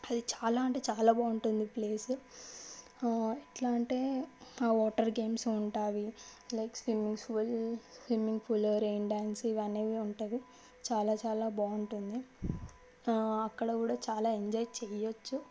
అది చాలా అంటే చాలా బాగుంటుంది ప్లేసు ఆ ఎట్లా అంటే ఆ వాటర్ గేమ్స్ ఉంటాయి like swimming pool swimming pool rain dance ఇవి అనేవి ఉంటాయి చాలా చాలా బాగుంటుంది అక్కడ కూడా చాలా ఎంజాయ్ చేయచ్చు